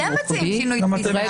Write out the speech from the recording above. אתם מציעים שינוי תפיסה.